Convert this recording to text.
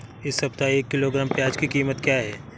इस सप्ताह एक किलोग्राम प्याज की कीमत क्या है?